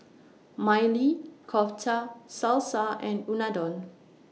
Maili Kofta Salsa and Unadon